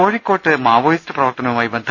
കോഴിക്കോട്ട് മാവോയിസ്റ്റ് പ്രവർത്തനവുമായി ബന്ധ